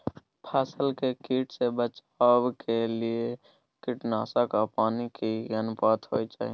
फसल के कीट से बचाव के लेल कीटनासक आ पानी के की अनुपात होय चाही?